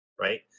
right